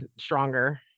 stronger